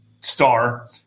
star